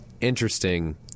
interesting